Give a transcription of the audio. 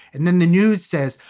and then the news says,